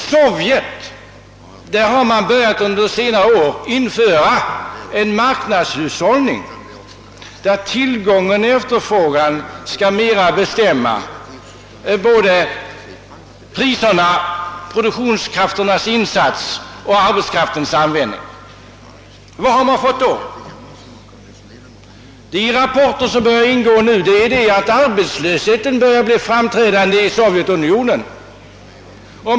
I Sovjetunionen har man under senare år börjat införa en marknadshushållning där tillgång och efterfrågan i högre grad skall bestämma priserna, produktionskrafternas insats och arbetskraftens användning. Vad har man då fått för resultat? Enligt de rapporter som nu ingår börjar arbetslösheten bli framträdande i Sovjetunionen.